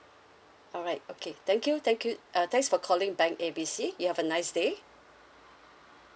alright okay thank you thank you uh thanks for calling bank A B C you have a nice day